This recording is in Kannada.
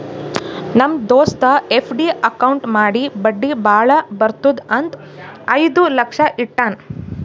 ನಮ್ ದೋಸ್ತ ಎಫ್.ಡಿ ಅಕೌಂಟ್ ಮಾಡಿ ಬಡ್ಡಿ ಭಾಳ ಬರ್ತುದ್ ಅಂತ್ ಐಯ್ದ ಲಕ್ಷ ಇಟ್ಟಾನ್